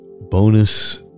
Bonus